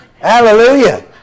Hallelujah